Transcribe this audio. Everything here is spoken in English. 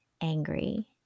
angry